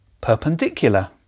Perpendicular